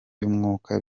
y’umwuka